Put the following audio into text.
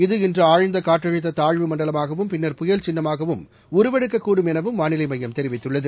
இது இன்று ஆழ்ந்த காற்றழுத்த தாழ்வு மண்டலமாகவும் பின்னர் புயல் சின்னமாகவும் உருவெடுக்கக் கூடும் எனவும் வானிலை மையம் தெரிவித்துள்ளது